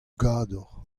gador